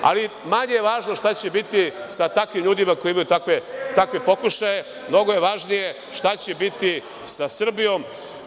Ali manje je važno šta će biti sa takvim ljudima koji imaju takve pokušaje, mnogo je važnije šta će biti sa Srbijom.